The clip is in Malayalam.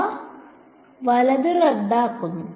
അവർ വലത് റദ്ദാക്കുന്നു